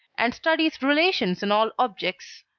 and studies relations in all objects.